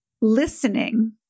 listening